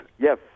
Yes